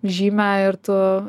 žymę ir tu